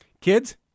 Kids